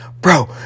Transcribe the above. Bro